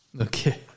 Okay